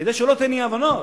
כדי שלא תהיינה אי-הבנות,